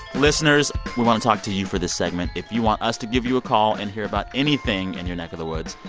listeners, we want to talk to you for this segment. if you want us to give you a call and hear about anything in your neck of the woods,